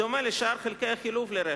בדומה לשאר חלקי החילוף לרכב,